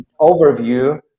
overview